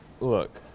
Look